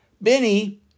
Benny